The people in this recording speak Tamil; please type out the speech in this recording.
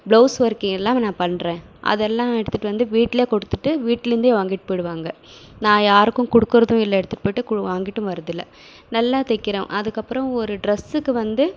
ப்ளவுஸ் ஒர்க் எல்லாம் நான் பண்றேன் அதெல்லாம் எடுத்துட்டு வந்து வீட்டில் கொடுத்துட்டு வீட்டில் இருந்தே வாங்கிகிட்டு போய்விடுவாங்க நான் யாருக்கும் கொடுக்குறதும் இல்லை எடுத்துவிட்டு போயிட்டு வாங்கிட்டும் வரது இல்லை நல்லா தைக்கிறேன் அதுக்கு அப்புறம் ஒரு டிரஸ்சுக்கு வந்து